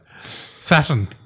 Saturn